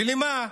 למה?